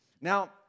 Now